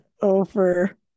over